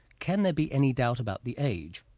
can there be any doubt about the age,